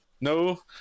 No